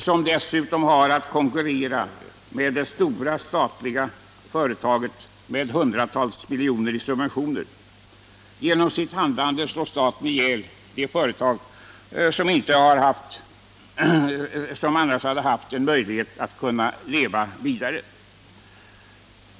De har dessutom haft att konkurrera med det stora statliga företaget AB Eiser med hundratals miljoner i subventioner. Genom sitt handlande slår staten ihjäl de företag som annars hade haft en möjlighet att leva vidare.